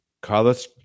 Carlos